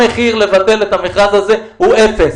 המחיר לבטל את המכרז הזה הוא אפס.